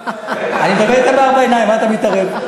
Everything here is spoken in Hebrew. אני מדבר אתה בארבע עיניים, מה אתה מתערב?